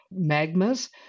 magmas